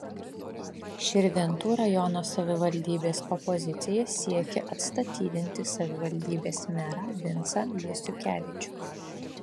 širvintų rajono savivaldybės opozicija siekia atstatydinti savivaldybės merą vincą jasiukevičių